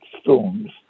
storms